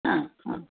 हां हां